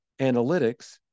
analytics